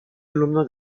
alumno